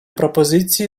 пропозиції